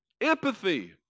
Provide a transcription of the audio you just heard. empathy